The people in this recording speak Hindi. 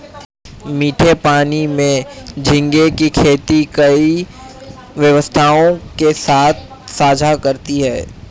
मीठे पानी में झींगे की खेती कई विशेषताओं के साथ साझा करती है